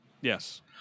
Yes